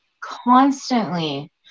constantly